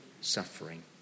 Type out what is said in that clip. suffering